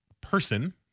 person